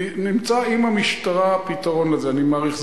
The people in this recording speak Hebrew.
נמצא עם המשטרה פתרון לזה, אני מעריך.